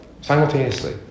Simultaneously